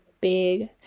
big